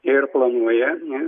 ir planuoja